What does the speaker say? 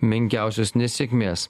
menkiausios nesėkmės